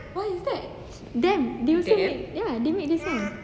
ya them they make this sound